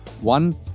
one